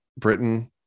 britain